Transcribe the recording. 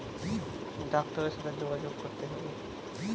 আমার দশটি গরু আছে তাদের বীমা করতে হলে আমাকে কি করতে হবে?